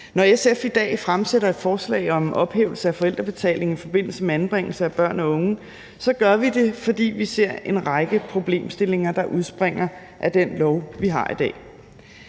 Når SF her har fremsat et forslag om en ophævelse af forældrebetalingen i forbindelse med anbringelser af børn og unge, har vi gjort det, fordi vi ser en række problemstillinger, der udspringer af den lov, man har i dag.